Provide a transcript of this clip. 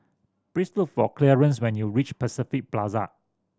please look for Clearence when you reach Pacific Plaza